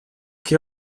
che